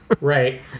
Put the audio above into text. Right